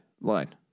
line